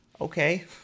okay